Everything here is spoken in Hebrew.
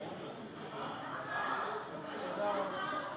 למה אתם נגד?